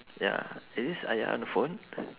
ya is this ayat on the phone